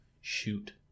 Shoot